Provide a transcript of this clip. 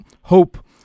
hope